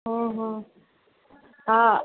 हा हा हा